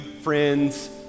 friends